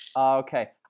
Okay